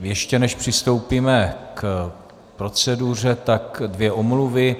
Ještě než přistoupíme k proceduře, tak dvě omluvy.